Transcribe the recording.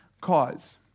cause